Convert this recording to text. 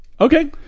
Okay